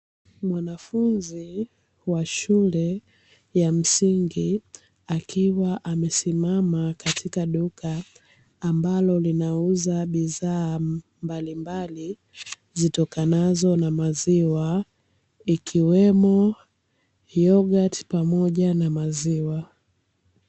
Mwanafunzi wa shule ya msingi, akiwa amesimama katika duka ambalo linauza bidhaa mbalimbali zitokanazo na maziwa ikiwemo; yogat pamoja na maziwa.